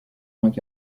points